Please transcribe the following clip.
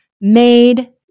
made